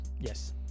Yes